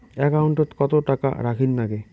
একাউন্টত কত টাকা রাখীর নাগে?